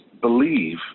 believe